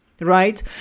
right